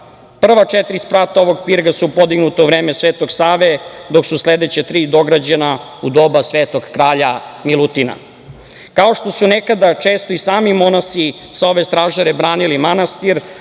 četiri sprata ovog pirga su podignuta u vreme Svetog Save, dok su sledeća tri dograđena u doba Svetog kralja Milutina. Kao što su nekada često i sami monasi sa ove stražare branili manastir